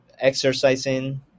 exercising